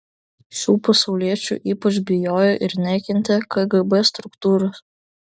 šių pasauliečių ypač bijojo ir nekentė kgb struktūros